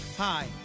Hi